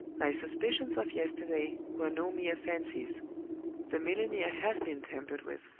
my suspicions of yesterday were no mere fancies the milliner has been tampered with.